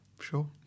sure